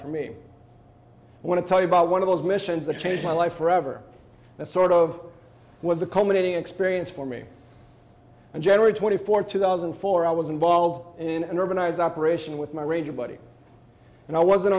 for me i want to tell you about one of those missions that changed my life forever that sort of was a culminating experience for me and general twenty four two thousand and four i was involved in an organized operation with my ranger buddy and i wasn't